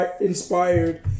inspired